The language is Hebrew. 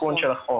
תיקון של החוק,